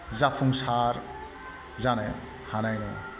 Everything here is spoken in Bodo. जाफुंसार जानो हानाय नङा